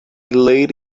laid